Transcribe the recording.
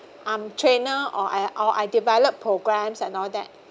I'm trainer or I or I developed programs and all that